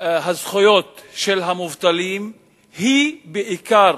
הזכויות של המובטלים היא בעיקר